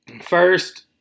First